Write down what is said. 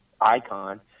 icon